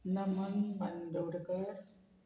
Naman Bandodkar